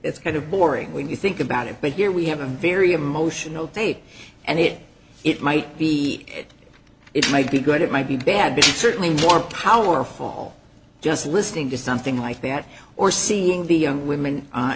it's kind of boring when you think about it but here we have a very emotional day and it it might be it it might be good it might be bad but it's certainly more powerful just listening to something like that or seeing the young women a